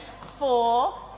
four